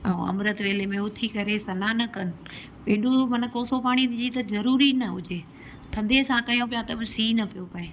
ऐं अमृत वेले में उथी सनान करे कन एॾो माना कोसो पाणी जी त ज़रूरी न हुजे त ज़रूरी न हुजे थधे सां कयूं पिया त बि सी न पियो पए